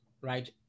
right